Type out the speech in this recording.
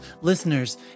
Listeners